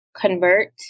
convert